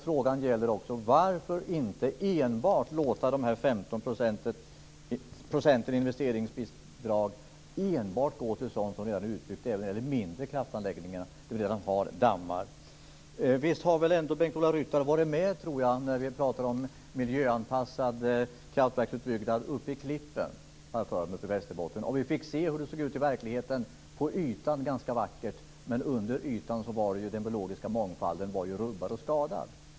Frågan är också varför man inte kan låta dessa 15 % investeringsbidrag enbart gå till sådant som redan är utbyggt - även när det gäller de mindre kraftanläggningarna - där vi redan har dammar. Visst har ändå Bengt-Ola Ryttar varit med när vi har pratat om miljöanpassad kraftverksutbyggnad i Klippen uppe i Västerbotten? Vi fick se hur det såg ut i verkligheten. Det var på ytan ganska vackert, men under ytan var den biologiska mångfalden rubbad och skadad.